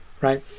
right